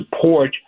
support